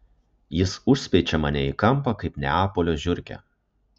jis užspeičia mane į kampą kaip neapolio žiurkę